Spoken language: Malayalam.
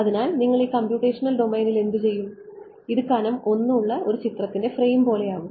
അതിനാൽ നിങ്ങൾ ഈ കംപ്യൂട്ടേഷണൽ ഡൊമെയ്നിൽ എന്തുചെയ്യും ഇത് കനം 1 ഉള്ള ഒരു ചിത്രത്തിന്റെ ഫ്രെയിം പോലെയാകും